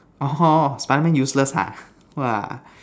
orh spiderman useless ha !wah!